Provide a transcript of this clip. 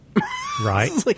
Right